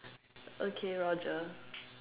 okay roger